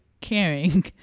caring